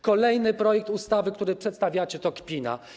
Kolejny projekt ustawy, który przedstawiacie, to kpina.